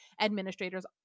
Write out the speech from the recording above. administrators